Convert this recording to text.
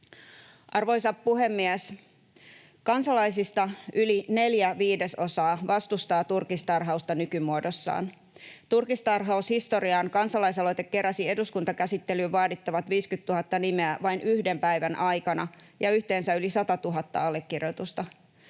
Arvoisa puhemies! Kansalaisista yli neljä viidesosaa vastustaa turkistarhausta nykymuodossaan. Turkistarhaus historiaan ‑kansalaisaloite keräsi eduskuntakäsittelyyn vaadittavat 50 000 nimeä vain yhden päivän aikana ja yhteensä yli 100 000 allekirjoitusta.